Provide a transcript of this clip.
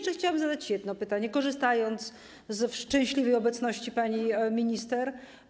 Chciałabym zadać jeszcze jedno pytanie, korzystając ze szczęśliwej obecności pani minister.